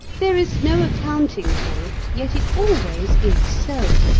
there is no accounting for it, yet it always is so.